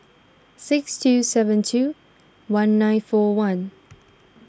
six two seven two one nine four one